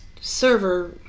server